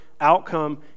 outcome